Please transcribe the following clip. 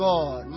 God